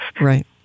Right